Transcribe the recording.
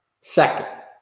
second